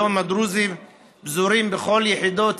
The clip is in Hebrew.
היום הדרוזים פזורים בכל יחידות צה"ל,